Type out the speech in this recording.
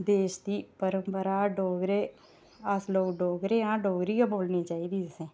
देश दी परंपरा डोगरे अस लोक डोगरे आं डोगरी गै बोलनी चाहिदी असें